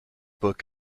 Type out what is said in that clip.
book